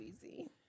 easy